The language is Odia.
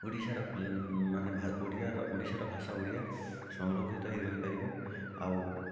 ଓଡ଼ିଶାର ମାନେ ଓଡ଼ିଆର ଓଡ଼ିଶାର ଭାଷା ଓଡ଼ିଆ ସରଂକ୍ଷିତ ହୋଇ ରହିପାରିବ ଆଉ